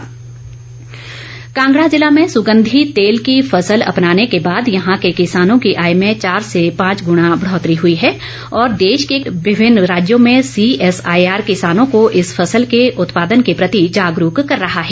CSIR Kangra ज़िला में सुगंधी तेल की फसल अपनाने के बाद यहां के किसानों की आय में चार से पांच गुणा बढ़ौतरी हई है और देश के विभिन्न राज्यों में सीएसआईआर किसानों को इस फसल के उत्पादन के प्रति जागरूक कर रहा है